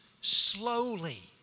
slowly